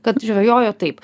kad žvejojo taip